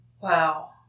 Wow